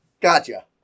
Gotcha